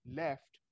left